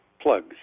plugs